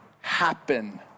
happen